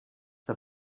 der